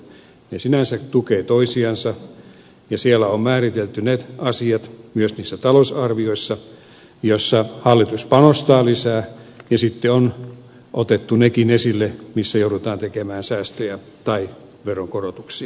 ne sinänsä tukevat toisiansa ja siellä on määritelty ne asiat myös niissä talousarvioissa joissa hallitus panostaa lisää ja sitten on otettu nekin asiat esille missä joudutaan tekemään säästöjä tai veronkorotuksia